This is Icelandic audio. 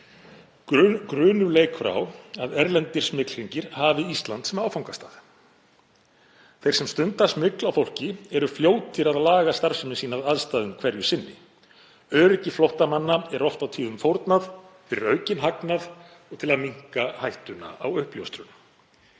„Grunur leikur á að erlendir smyglhringir hafi Ísland sem áfangastað. Þeir sem stunda smygl á fólki eru fljótir að laga starfsemi sína að aðstæðum hverju sinni. Öryggi flóttamanna er oft á tíðum fórnað fyrir aukinn hagnað og til að minnka hættuna á uppljóstrun.